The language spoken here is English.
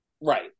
Right